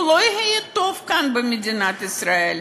הוא לא יהיה טוב כאן במדינת ישראל.